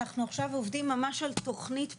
אנחנו עכשיו עובדים ממש על תוכנית פעולה,